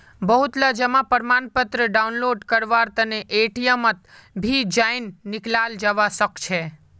बहुतला जमा प्रमाणपत्र डाउनलोड करवार तने एटीएमत भी जयं निकलाल जवा सकछे